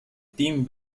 tim